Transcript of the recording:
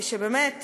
שבאמת